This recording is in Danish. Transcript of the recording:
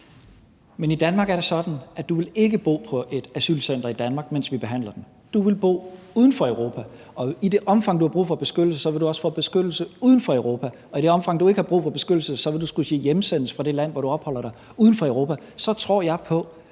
men i Danmark er det sådan, at du ikke vil bo på et asylcenter i Danmark, mens vi behandler den. Du vil bo uden for Europa. Og i det omfang du har brug for beskyttelse, vil du også få beskyttelse uden for Europa. Og i det omfang du ikke har brug for beskyttelse, vil du skulle hjemsendes fra det land, hvor du opholder dig, uden for Europa. Så tror jeg på,